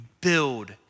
build